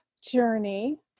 journey